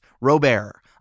Robert